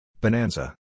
Bonanza